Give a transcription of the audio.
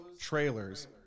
trailers